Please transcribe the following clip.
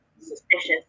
suspicious